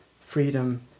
freedom